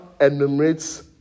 enumerates